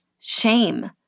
shame